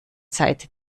seite